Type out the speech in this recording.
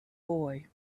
boy